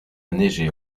neiger